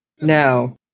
No